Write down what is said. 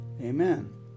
Amen